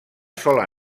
sola